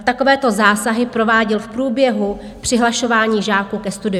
Takovéto zásahy prováděl v průběhu přihlašování žáků ke studiu.